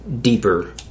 deeper